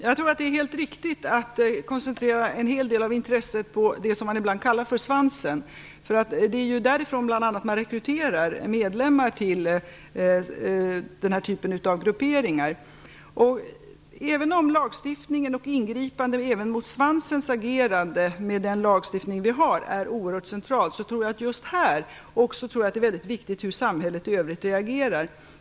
Fru talman! Det är helt riktigt att man koncentrerar en hel del av intresset på det som ibland kallas svansen. Det är bl.a. därifrån som medlemmar rekryteras till den här typen av grupperingar. Även om ingripanden mot "svansens" agerande med hjälp av den lagstiftning vi har är oerhört centrala, tror jag också att det är viktigt hur samhället i övrigt reagerar.